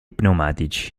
pneumatici